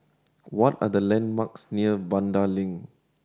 what are the landmarks near Vanda Link